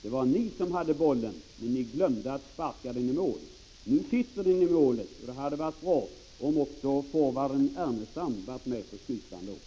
Det var ni som hade bollen, men ni glömde att sparka den i mål. Nu sitter den i målet, och det hade varit bra om också forwarden Ernestam hade varit med då.